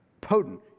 Potent